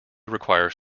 requires